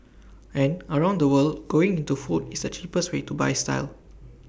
and around the world going into food is the cheapest way to buy style